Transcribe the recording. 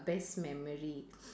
best memory